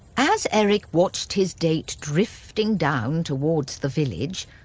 as eric watched his date drifting down towards the village,